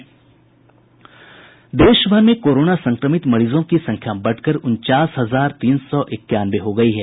इधर देश भर में कोरोना संक्रमित मरीजों की संख्या बढ़कर उन्चास हजार तीन सौ इक्यानवें हो गयी है